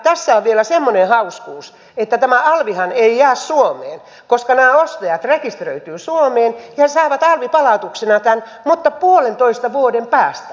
tässä on vielä semmoinen hauskuus että tämä alvihan ei jää suomeen koska nämä ostajat rekisteröityvät suomeen ja saavat alvipalautuksena tämän mutta puolentoista vuoden päästä